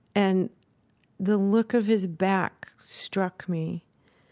and the look of his back struck me,